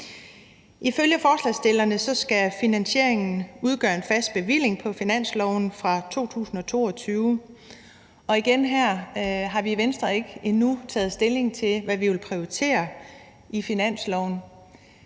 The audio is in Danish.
Ifølge forslagsstillerne skal finansieringen udgøre en fast bevilling på finansloven fra 2022, og igen her har vi i Venstre ikke endnu taget stilling til, hvad vi vil prioritere i finansloven.